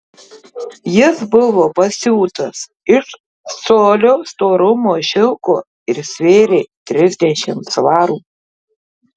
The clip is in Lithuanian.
jis buvo pasiūtas iš colio storumo šilko ir svėrė trisdešimt svarų